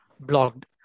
blocked